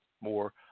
more